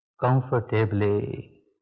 Comfortably